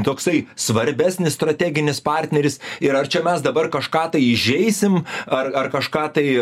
toksai svarbesnis strateginis partneris ir ar čia mes dabar kažką tai įžeisim ar ar kažką tai